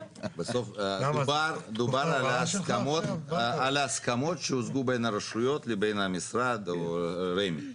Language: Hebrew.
דובר על ההסכמות שהושגו בין הרשויות לבין המשרד או רמ"י.